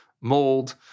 mold